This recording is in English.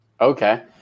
Okay